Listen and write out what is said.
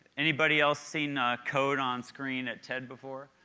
anybody else seen ah code on screen at ted before?